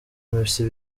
messi